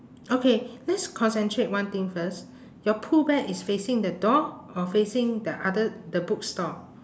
okay let's concentrate one thing first your pooh bear is facing the door or facing the other the bookstore